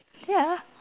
ya